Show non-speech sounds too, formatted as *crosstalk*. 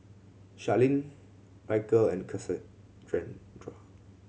Sharlene Ryker and *unintelligible*